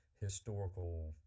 historical